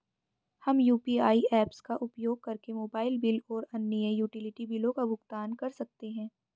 हम UPI apps का उपयोग करके मोबाइल बिल और अन्य यूटिलिटी बिलों का भुगतान कर सकते हैं